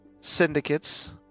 syndicates